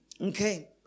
Okay